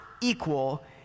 equal